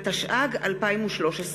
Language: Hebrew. התשע"ג 2013,